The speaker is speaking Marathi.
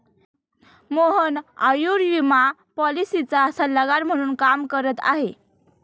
मोहन आयुर्विमा पॉलिसीचा सल्लागार म्हणून काम करत आहे